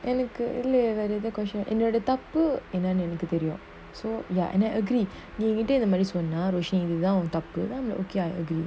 உனக்கு:unaku question இல்லஇதுதப்புனுஎனக்குதெரியும்:illa idhu thappunu enakku therium so and then I agree சொன்னஇதுதப்புனு:sonna idhu thappunu okay ah I agree